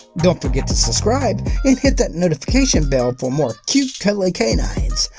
don't forget to subscribe and hit that notification bell for more cute, cuddly canines.